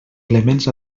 elements